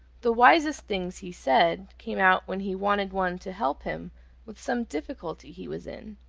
the wisest things he said came out when he wanted one to help him with some difficulty he was in.